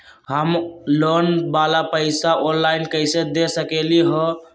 हम लोन वाला पैसा ऑनलाइन कईसे दे सकेलि ह?